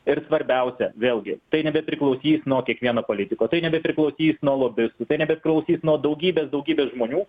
ir svarbiausia vėlgi tai nebepriklausys nuo kiekvieno politiko tai nebepriklausys nuo lobistų nebepriklausys nuo daugybės daugybės žmonių